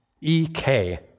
E-K